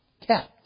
Kept